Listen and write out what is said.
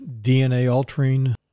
DNA-altering